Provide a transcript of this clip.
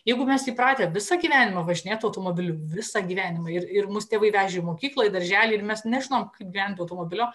jeigu mes įpratę visą gyvenimą važinėt automobiliu visą gyvenimą ir ir mus tėvai vežė mokyklą į darželį ir mes nežinom kaip gvent be automobilio